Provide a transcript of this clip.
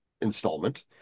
installment